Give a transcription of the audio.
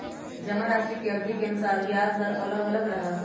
जमाराशि के अवधि के अनुसार ब्याज दर अलग अलग रहा हई